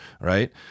right